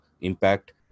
impact